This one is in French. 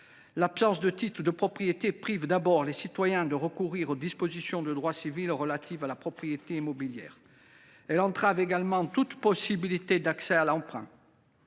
L’absence de titres de propriété empêche d’abord les citoyens de recourir aux dispositions de droit civil relatives à la propriété immobilière. Elle entrave également toute possibilité d’accès à l’emprunt.